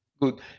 good